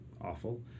awful